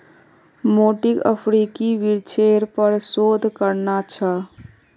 मोंटीक अफ्रीकी वृक्षेर पर शोध करना छ